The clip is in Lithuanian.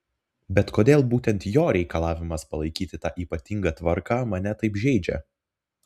bet kodėl būtent jo reikalavimas palaikyti tą ypatingą tvarką mane taip žeidžia